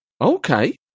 Okay